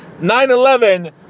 9-11